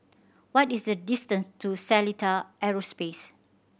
what is the distance to Seletar Aerospace